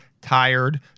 tired